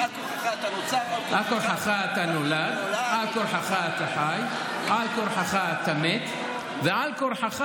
"על כורחך אתה נולד ועל כורחך אתה חי ועל כורחך אתה מת ועל כורחך